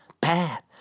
bad